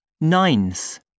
ninth